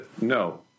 No